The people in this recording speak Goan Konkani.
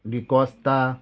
डिकोस्ता